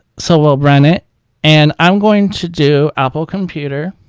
so we'll run it and i'm going to do apple computer